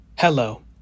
Hello